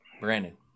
Brandon